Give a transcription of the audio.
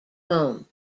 home